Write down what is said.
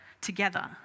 together